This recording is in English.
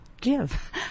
give